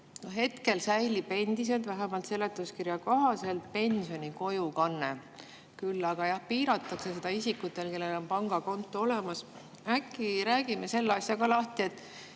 Hetkel säilib endiselt, vähemalt seletuskirja kohaselt, pensioni kojukanne, küll aga piiratakse seda isikutel, kellel on pangakonto olemas. Äkki räägime [ühe] asja ka lahti. See